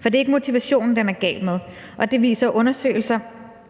for det er ikke motivationen, den er gal med. Det viser undersøgelser